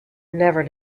never